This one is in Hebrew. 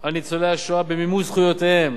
על ניצולי השואה במימוש זכויותיהם